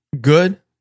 good